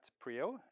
Prio